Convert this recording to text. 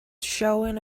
showing